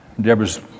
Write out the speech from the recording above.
Deborah's